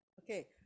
Okay